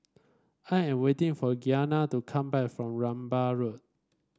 I am waiting for Gianna to come back from Rambai Road